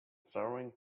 flowering